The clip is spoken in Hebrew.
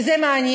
כי זה מעניין,